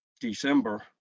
December